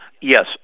Yes